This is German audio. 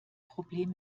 problem